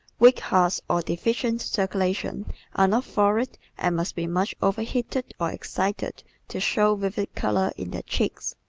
weak hearts or deficient circulation are not florid and must be much overheated or excited to show vivid color in their cheeks.